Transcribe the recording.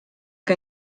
que